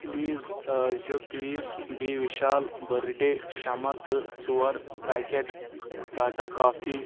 please زٕ piece بی Vishal birthday شمح تہٕ ژور پاکؠٹ ٹاٹا کافی